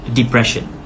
depression